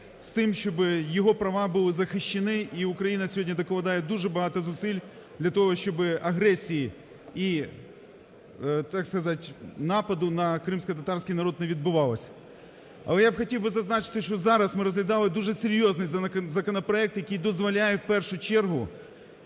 з тим, щоб його права були захищені. І Україна сьогодні докладає дуже багато зусиль для того, щоби агресії і, так сказати, нападу на кримськотатарський народ не відбувалося. Але я хотів би зазначити, що зараз ми розглядали дуже серйозний законопроект, який дозволяє, в першу чергу,